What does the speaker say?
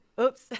Oops